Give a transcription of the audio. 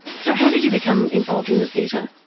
so how did you become involved in the theatre?